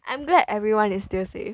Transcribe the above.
I am glad everyone is still safe